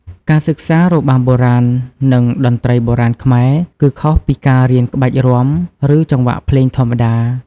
ការសិក្សា របាំបុរាណ និង តន្ត្រីបុរាណខ្មែរ គឺខុសពីការរៀនក្បាច់រាំ ឬចង្វាក់ភ្លេងធម្មតា។